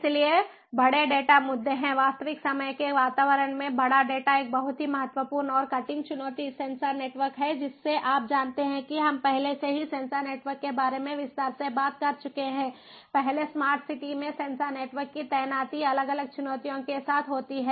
इसलिए बड़े डेटा मुद्दे हैं वास्तविक समय के वातावरण में बड़ा डेटा एक बहुत ही महत्वपूर्ण और कठिन चुनौती सेंसर नेटवर्क है जिसे आप जानते हैं कि हम पहले ही सेंसर नेटवर्क के बारे में विस्तार से बात कर चुके हैं पहले स्मार्ट सिटी में सेंसर नेटवर्क की तैनाती अलग अलग चुनौतियों के साथ होती है